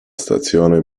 stazione